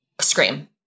scream